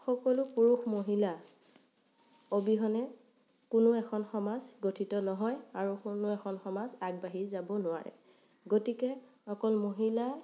সকলো পুৰুষ মহিলা অবিহনে কোনো এখন সমাজ গঠিত নহয় আৰু কোনো এখন সমাজ আগবাঢ়ি যাব নোৱাৰে গতিকে অকল মহিলা